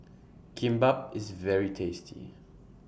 Kimbap IS very tasty